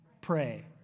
pray